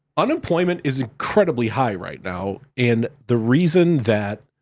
unemployment is incredibly high right now, and the reason that,